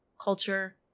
culture